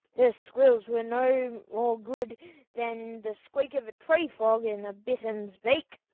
her squeals were no more good than the squeak of a tree frog in a bittern's beak.